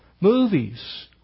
movies